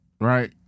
right